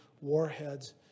warheads